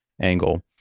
angle